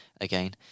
again